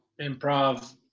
improv